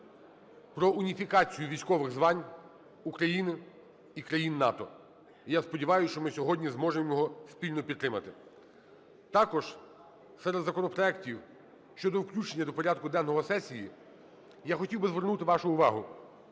про уніфікацію військових звань України і країн НАТО. І я сподіваюсь, що ми сьогодні зможемо його спільно підтримати. Також серед законопроектів щодо включення до порядку денного сесії я хотів би звернути вашу увагу